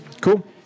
Cool